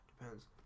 depends